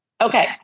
Okay